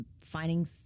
finding